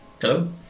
Hello